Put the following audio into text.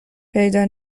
پیدا